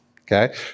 okay